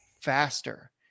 faster